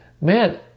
man